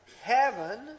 heaven